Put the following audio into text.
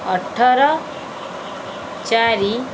ଅଠର ଚାରି